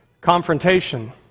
confrontation